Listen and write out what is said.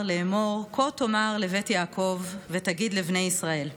לאמר: כה תאמר לבית יעקב ותגיד לבני ישראל,